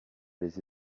les